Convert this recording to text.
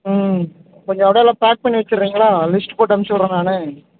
ம் அதான் எல்லாம் பேக் பண்ணி வச்சுரிங்களா லிஸ்ட்டு போட்டு அமிசுர்றன் நான்